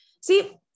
See